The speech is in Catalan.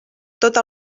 tota